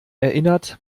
erinnert